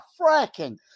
fracking